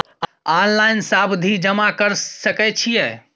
Online सावधि जमा कर सके छिये?